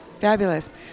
Fabulous